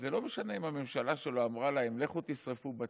זה לא משנה אם הממשלה שלו אמרה להם: לכו תשרפו בתים.